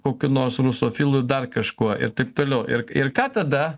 kokiu nors rusofilu dar kažkuo ir taip toliau ir ir ką tada